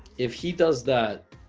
if he does that